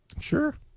Sure